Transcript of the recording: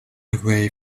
away